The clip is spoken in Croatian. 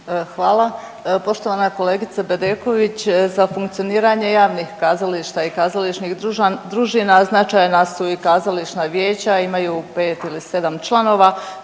Hvala. Poštovana kolegice Bedeković, za funkcioniranje javnih kazališta i kazališnih družina značajna su i kazališna vijeća, imaju 5 ili 7 članova,